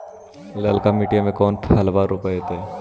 ललका मटीया मे कोन फलबा रोपयतय?